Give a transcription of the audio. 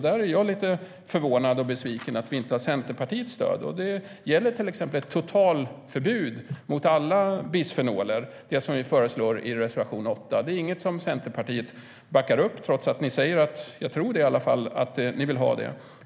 Där är jag lite förvånad och besviken över att vi inte har Centerpartiets stöd. Det gäller till exempel ett totalförbud mot alla bisfenoler, som vi föreslår i reservation nr 8. Det är inget som Centerpartiet backar upp trots att ni säger att ni vill ha det - jag tror det i alla fall.